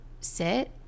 sit